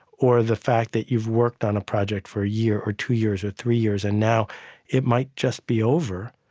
or the fact that you've worked on a project for a year or two years or three years, and now it might just be over.